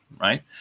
right